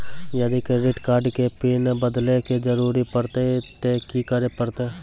यदि credit card के PIN बदले के जरूरी परतै ते की करे परतै?